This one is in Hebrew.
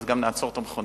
אז גם נעצור את המכוניות,